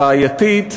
בעייתית,